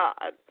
God